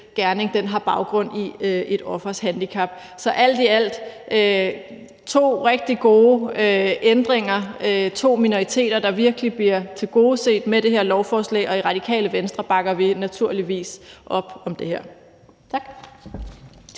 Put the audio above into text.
gerning har baggrund i et offers handicap. Så alt i alt er det to rigtig gode ændringer; to minoriteter, der virkelig bliver tilgodeset med det her lovforslag. Og i Radikale Venstre bakker vi naturligvis op om det her. Tak.